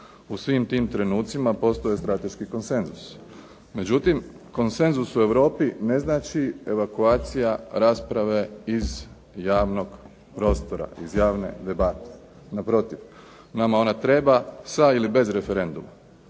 U svim tim trenucima postoji strateški konsenzus. Međutim, konsenzus u Europi ne znači evakuacija rasprave iz javnog prostora, iz javne debate. Naprotiv, nama ona treba sa ili bez referenduma.